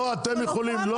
לא, אתם יכולים.